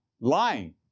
lying